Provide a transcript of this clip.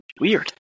Weird